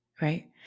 right